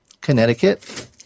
Connecticut